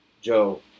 Joe